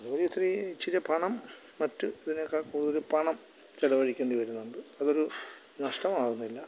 അത് വഴി ഒത്തിരി ഇത്തിരി പണം മറ്റ് ഇതിനേക്കാൾ കൂടുതൽ പണം ചിലവഴിക്കേണ്ടി വരും നമുക്ക് അതൊരു നഷ്ടമാവുന്നില്ല